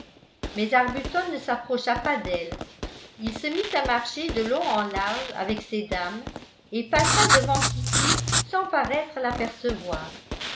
mais arbuton ne s'approcha pas d'elle il se mit à marcher de long en large avec ces dames et passa devant kitty sans paraître l'apercevoir